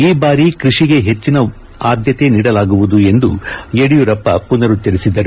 ಈ ಬಾರಿ ಕ್ಕಷಿಗೆ ಹೆಚ್ಚನ ಅದ್ಧತೆ ನೀಡಲಾಗುವುದು ಎಂದು ಯಡಿಯೂರಪ್ಪ ಪುರುಭ್ಗರಿಸಿದರು